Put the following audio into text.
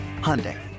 Hyundai